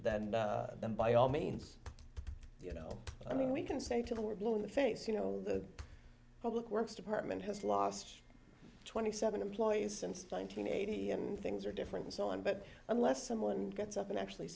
that then by all means you know i mean we can say to we're blue in the face you know the public works department has lost twenty seven employees and nine hundred eighty and things are different and so on but unless someone gets up and actually